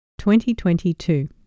2022